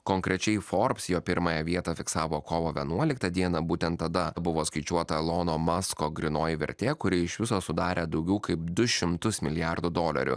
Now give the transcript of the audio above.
konkrečiai forbs jo pirmąją vietą fiksavo kovo vienuoliktą dieną būtent tada buvo skaičiuota elono masko grynoji vertė kuri iš viso sudarė daugiau kaip du šimtus milijardų dolerių